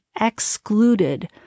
excluded